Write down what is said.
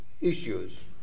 issues